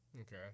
Okay